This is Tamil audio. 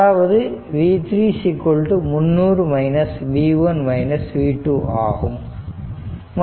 அதாவது v3 300 v1 v2 ஆகும்